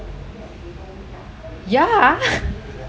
ya